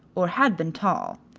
or had been tall.